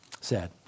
Sad